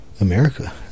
America